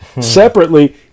separately